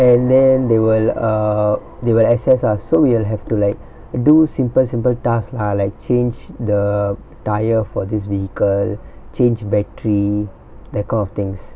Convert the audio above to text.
and then they will err they were assess us so we'll have to like do simple simple task lah like change the tire for this vehicle change battery that kind of things